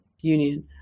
Union